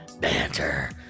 BANTER